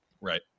Right